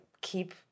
keep